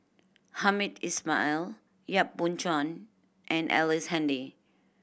Hamed Ismail Yap Boon Chuan and Ellice Handy